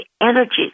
energy